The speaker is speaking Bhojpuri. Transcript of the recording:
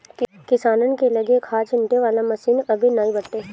किसानन के लगे खाद छिंटे वाला मशीन अबे नाइ बाटे